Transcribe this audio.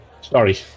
Sorry